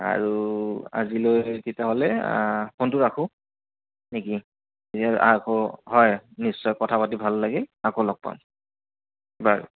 আৰু আজিলৈ তেতিয়াহ'লে ফোনটো ৰাখোঁ নেকি আকৌ হয় নিশ্চয় কথা পাতি ভাল লাগিল আকৌ লগ পাম বাৰু